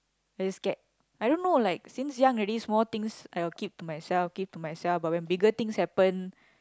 I just scared I don't know like since young already small things I'll keep to myself keep to myself but when bigger things happen